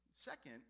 Second